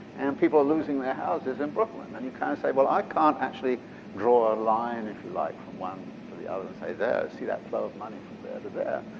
and people are using their houses in brooklyn. and you kind of say well i can't actually draw a line if you like from one to the other and say there, see that flow of money from there to there?